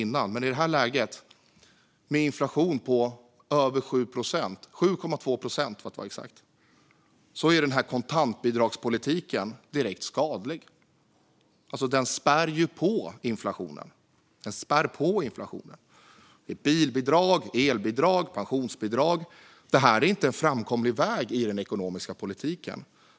I det här läget, med en inflation på 7,2 procent, är denna kontantbidragspolitik direkt skadlig. Den spär ju på inflationen. Det är bilbidrag, elbidrag och pensionsbidrag. Detta är inte en framkomlig väg i den ekonomiska politiken.